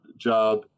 job